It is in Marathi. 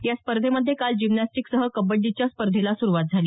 या स्पर्धेमध्ये काल जिम्नॅस्टिकसह कबड्डीच्या स्पर्धेला सुरुवात झाली